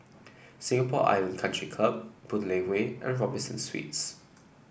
Singapore Island Country Club Boon Lay Way and Robinson Suites